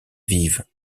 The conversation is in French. vive